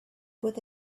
with